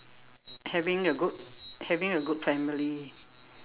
having a good having a good family